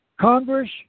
Congress